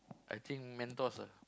I think Mentos ah